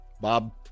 Bob